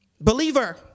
Believer